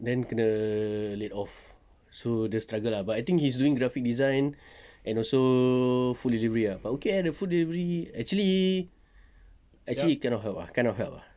then kena laid off so dia struggle ah but I think he's doing graphic design and also food delivery ah but okay eh the food delivery actually actually cannot help cannot help ah